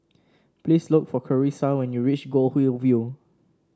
please look for Charissa when you reach Goldhill View